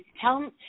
tell